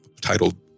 titled